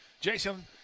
Jason